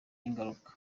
ingaruka